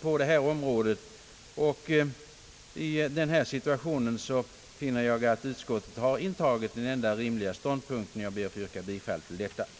på detta område. I denna situation finner jag att utskottet har intagit den enda rimliga ståndpunkten, och jag ber, herr talman, att få yrka bifall till utskottets hemställan.